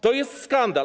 To jest skandal.